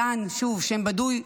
דן, שוב, שם בדוי,